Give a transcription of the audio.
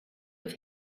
have